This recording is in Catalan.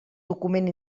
document